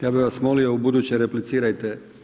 Ja bi vas molio ubuduće replicirajte.